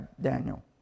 Daniel